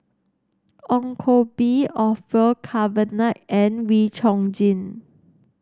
Ong Koh Bee Orfeur Cavenagh and Wee Chong Jin